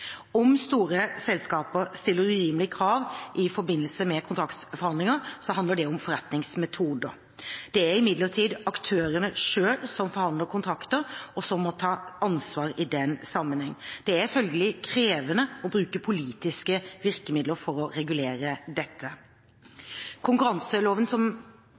Om store selskaper stiller urimelige krav i forbindelse med kontraktsforhandlinger, handler det om forretningsmetoder. Det er imidlertid aktørene selv som forhandler kontrakter, og som må ta ansvar i den sammenheng. Det er følgelig krevende å bruke politiske virkemidler for å regulere dette. Konkurranseloven, som